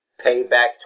payback